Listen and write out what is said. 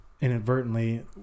inadvertently